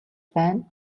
байна